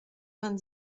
vingt